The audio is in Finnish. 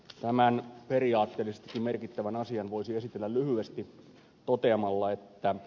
tämän periaatteellisestikin merkittävän asian voisi esitellä lyhyesti toteamalla näin